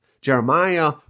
Jeremiah